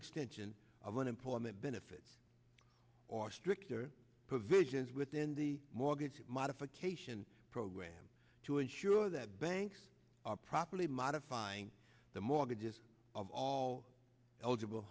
extension of unemployment benefits or stricter provisions within the mortgage modification program to ensure that banks are properly modifying the mortgages of all eligible